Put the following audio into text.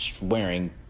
wearing